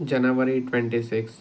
January twenty sixth